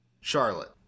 Charlotte